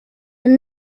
and